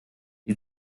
sie